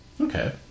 Okay